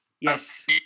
Yes